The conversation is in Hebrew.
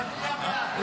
נצביע עכשיו.